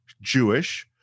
Jewish